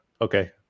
okay